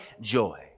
joy